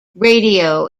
radio